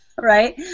right